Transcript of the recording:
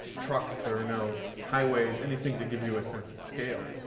trucks, there are no highways, anything to give you a sense of scale.